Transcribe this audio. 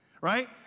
right